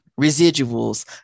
residuals